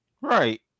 Right